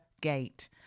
Gate